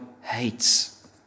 hates